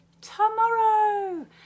tomorrow